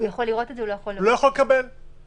הוא יכול לראות את זה, הוא לא יכול לקבל את זה.